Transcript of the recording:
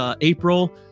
April